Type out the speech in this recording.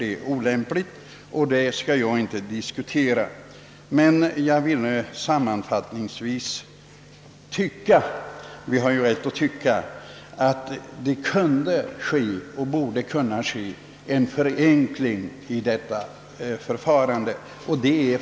Men vi har ju alla rätt att tycka, och jag kan väl sammanfattningsvis få säga att jag tycker att det borde kunna ske en förenkling av förfarandet.